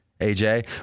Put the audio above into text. AJ